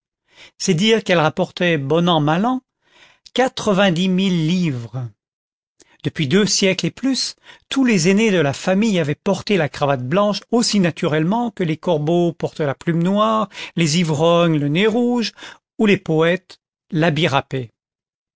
c'est dire qu'elle rapportait bon an mal an quatre-vingt-dix mille livres depuis deux siècles et plus tous les aînés de la famille avaient porté la cravate blanche aussi naturellement que les corbeaux portent la plume noire les ivrognes le nez rouge ou les poètes l'habit râpé